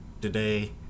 Today